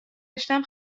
رشتهام